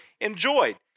enjoyed